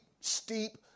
steep